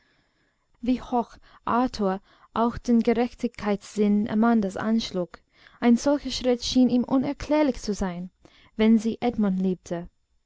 wie hoch arthur auch den gerechtigkeitssinn amandas anschlug ein solcher schritt schien ihm unerklärlich zu sein wenn sie edmund liebte